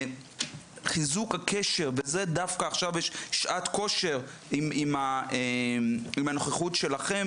חיזוק הקשר דווקא עכשיו יש שעת כושר עם הנוכחות שלכם,